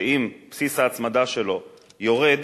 שאם בסיס ההצמדה שלו יורד